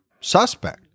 suspect